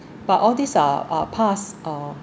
but all these are are past uh